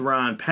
Ron